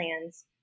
plans